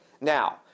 Now